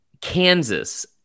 Kansas